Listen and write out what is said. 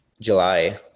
july